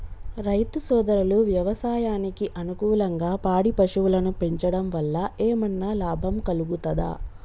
రైతు సోదరులు వ్యవసాయానికి అనుకూలంగా పాడి పశువులను పెంచడం వల్ల ఏమన్నా లాభం కలుగుతదా?